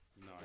No